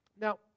Now